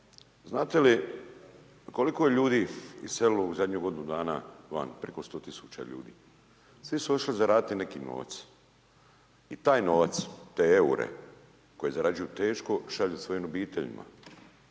Znate li koliko ljudi je iselilo u zadnjih godinu dana van? Preko 100 tisuća ljudi. Svi su otišli zaraditi neki novac. I taj novac, te eure koje zarađuju teško šalju svojim obiteljima.